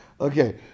Okay